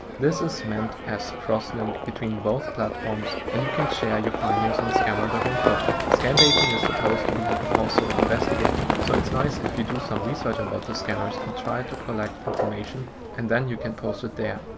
this is meant as crosslink between both platforms and you can share your findings on scammer and info. scambaiting is supposed to be also investigative so it's nice if you do some research about the scammers and try to collect information and then you can post it there.